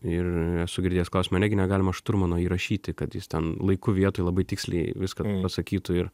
ir esu girdėjęs klausimą negi negalima šturmano įrašyti kad jis ten laiku vietoj labai tiksliai viską pasakytų ir